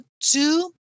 two